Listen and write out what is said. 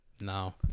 No